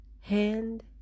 hand